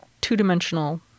two-dimensional